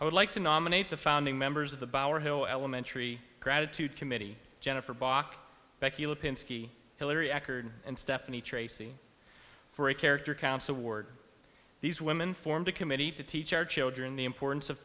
i would like to nominate the founding members of the by our hero elementary gratitude committee jennifer bock specular pinsky hilary eckerd and stephanie tracy for a character counts award these women formed a committee to teach our children the importance of